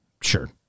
Sure